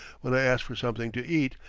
when i ask for something to eat,